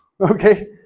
Okay